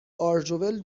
آرژول